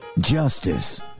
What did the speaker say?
justice